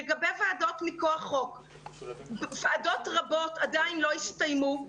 וועדות רבות עדיין לא הסתיימו,